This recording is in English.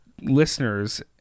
listeners